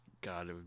God